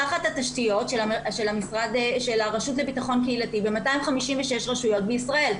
תחת התשתיות של הרשות לביטחון קהילתי ב-256 רשויות בישראל.